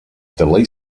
delay